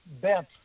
bent